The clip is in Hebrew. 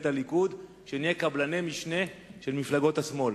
הליכוד שנהיה קבלני משנה של מפלגות השמאל.